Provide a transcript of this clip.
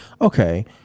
okay